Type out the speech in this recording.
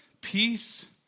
peace